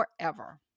forever